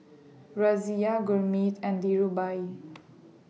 Razia Gurmeet and